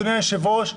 אדוני היושב-ראש,